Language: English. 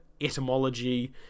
etymology